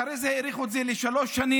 אחרי זה האריכו את זה לשלוש שנים,